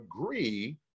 agree